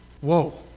Whoa